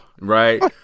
right